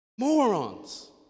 Morons